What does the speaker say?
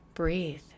breathe